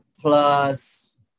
plus